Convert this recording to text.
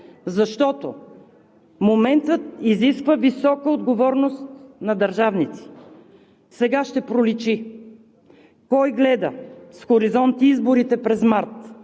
защото моментът изисква висока отговорност на държавници. Сега ще проличи кой гледа с хоризонт изборите през март